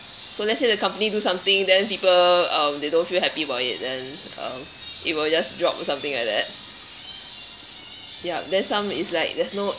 so let's say the company do something then people uh they don't feel happy about it then uh it will just drop or something like that ya then some is like there's no